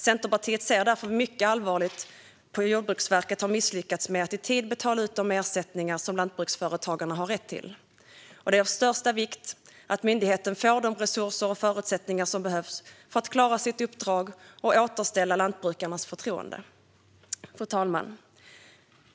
Centerpartiet ser därför mycket allvarligt på att Jordbruksverket har misslyckats med att i tid betala ut de ersättningar som lantbruksföretagarna har rätt till, och det är av största vikt att myndigheten får de resurser och förutsättningar som behövs för att klara sitt uppdrag och återställa lantbrukarnas förtroende. Fru talman!